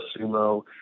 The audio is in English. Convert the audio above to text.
Sumo